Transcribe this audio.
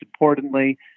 importantly